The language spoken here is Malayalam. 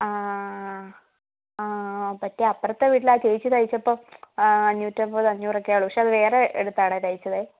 ആ ആ മറ്റേ അപ്പുറത്തെ വീട്ടിലെ ആ ചേച്ചി തയ്ച്ചപ്പോൾ അഞ്ഞൂറ്റമ്പത് അഞ്ഞൂറ് ഒക്കെയുള്ളൂ പക്ഷേ അത് വേറെ ഇടത്താണേ തയ്ച്ചതേ